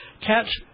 catch